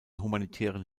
humanitären